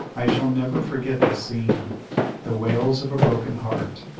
i shall never forget the scene the wails of a broken heart,